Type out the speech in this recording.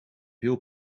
veel